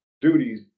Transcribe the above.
duties